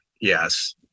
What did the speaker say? Yes